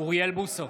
אוריאל בוסו,